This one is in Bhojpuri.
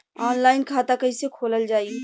ऑनलाइन खाता कईसे खोलल जाई?